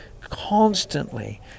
Constantly